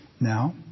Now